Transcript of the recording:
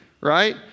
right